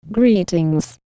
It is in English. Greetings